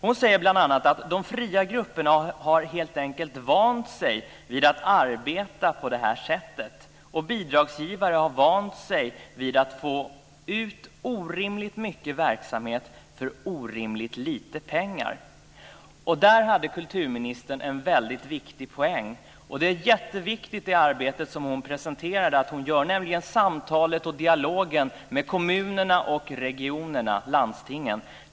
Hon säger bl.a. att "de fria grupperna har helt enkelt vant sig vid att arbeta på det här sättet, och bidragsgivare har vant sig vid att få ut orimligt mycket verksamhet för orimligt lite pengar". Där hade kulturministern en väldigt viktig poäng. Det arbete som hon presenterade är jätteviktigt, nämligen samtalet och dialogen med kommunerna och regionerna, landstingen.